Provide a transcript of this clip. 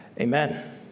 Amen